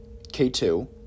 K2